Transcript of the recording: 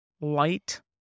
light